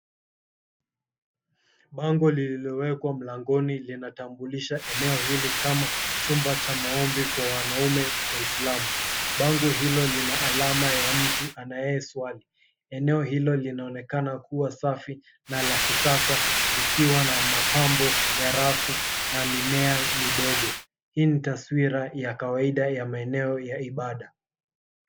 Bango lililowekwa mlangoni linatambulisha eneo hili kama chumba cha maombi kwa wanaume waislamu. Bango hilo lina alama ya mtu anaye swali. Eneo hilo linaonekana kuwa safi na la kisasa, likiwa na mapambo ya rafu na mimea midogo. Hii ni taswira ya kawaida ya maeneo ya ibada.